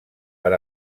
per